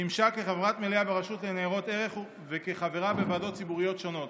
שימשה כחברת מליאה ברשות לניירות ערך וכחברה בוועדות ציבוריות שונות.